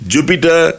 Jupiter